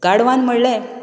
गाडवान म्हणलें